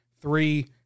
three